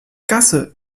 gasse